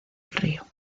río